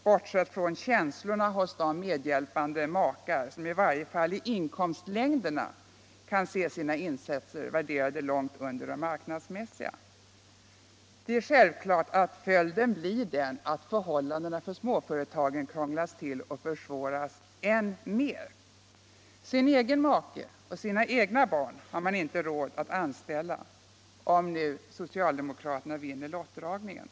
Bortsett från känslorna hos de kvinnor som i varje fall i inkomstlängderna får se sina insatser värderade långt under de marknadsmässiga blir följden självfallet den att förhållandena för småföretagen ytterligare krånglas till och försvåras. Sin egen hustru och sina egna barn har man inte råd att anställa, om nu socialdemokraterna vinner lottdragningen.